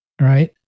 Right